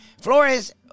Flores